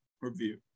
review